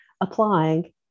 applying